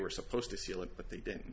were supposed to seal it but they didn't